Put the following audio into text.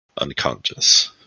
unconscious